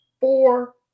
four